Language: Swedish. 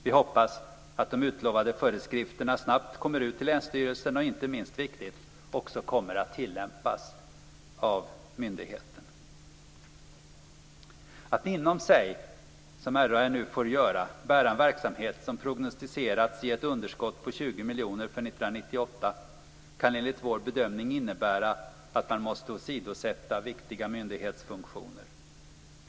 Vi hoppas att de utlovade föreskrifterna snabbt kommer ut till länsstyrelserna och också kommer att tillämpas av myndigheten, vilket inte minst är viktigt. Att inom sig - som RAÄ nu får göra - bära en verksamhet som prognostiserats ge ett underskott på 20 miljoner för 1998 kan, enligt vår bedömning, innebära att man måste åsidosätta viktiga myndighetsfunktioner.